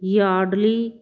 Yardley